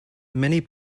many